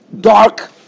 dark